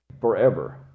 forever